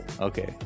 Okay